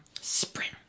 Sprint